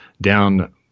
down